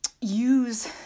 use